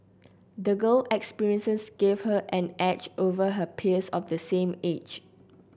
the girl experiences gave her an edge over her peers of the same age